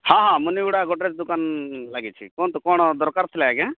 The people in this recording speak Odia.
ହଁ ହଁ ମୁନୀଗୁଡ଼ା ଗଡ଼୍ରେଜ୍ ଦୋକାନ୍ ଲାଗିଛି କୁହନ୍ତୁ କ'ଣ ଦରକାର୍ ଥିଲା ଆଜ୍ଞା